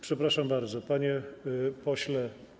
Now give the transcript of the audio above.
Przepraszam bardzo, panie pośle.